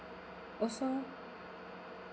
oh so